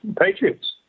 Patriots